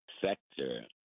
sector